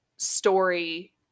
story